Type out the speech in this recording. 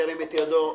ירים את ידו.